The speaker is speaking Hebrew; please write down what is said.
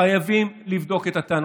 חייבים לבדוק את הטענות.